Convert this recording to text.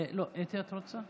לא, אתי, את רוצה?